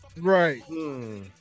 right